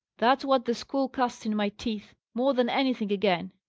that's what the school cast in my teeth, more than anything again.